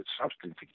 substance